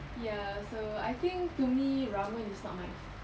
ya so I think to me ramen is not my